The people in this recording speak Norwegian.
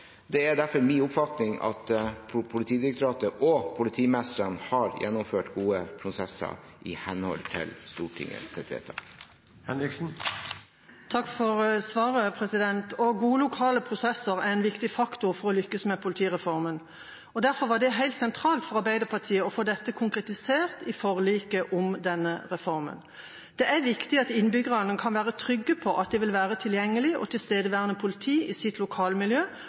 Det er derfor min oppfatning at Politidirektoratet og politimestrene har gjennomført gode prosesser i henhold til Stortingets vedtak. Gode lokale prosesser er en viktig faktor for å lykkes med politireformen. Derfor var det helt sentralt for Arbeiderpartiet å få dette konkretisert i forliket om denne reformen. Det er viktig at innbyggerne kan være trygge på at det vil være tilgjengelig og tilstedeværende politi i deres lokalmiljø,